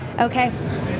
Okay